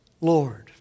Lord